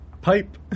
pipe